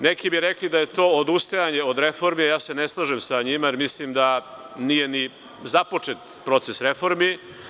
Neki bi rekli da je to odustajanje od reformi, a ja se ne slažem sa njima, jer mislim da nije ni započet proces reformi.